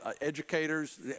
educators